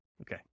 Okay